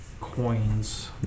coins